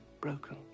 broken